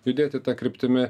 judėti ta kryptimi